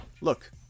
look